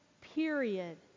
period